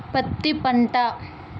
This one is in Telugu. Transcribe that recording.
పత్తి పంట